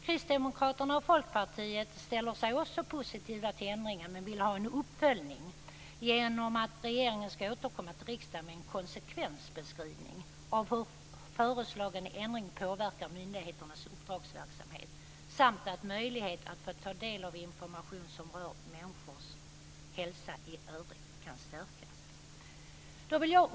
Kristdemokraterna och Folkpartiet ställer sig också positiva till ändringen, men vill ha en uppföljning genom att regeringen skall återkomma till riksdagen med en konsekvensbeskrivning av hur föreslagen ändring påverkat myndigheternas uppdragsverksamhet, samt att möjlighet att få ta del av information som rör människors hälsa i övrigt kan stärkas.